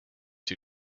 two